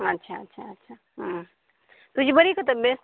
अच्छा अच्छा अच्छा हा तुझी बरी का तब्येत